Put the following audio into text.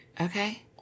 okay